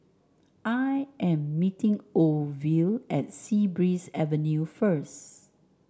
I am meeting Orvil at Sea Breeze Avenue first